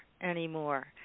anymore